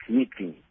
meeting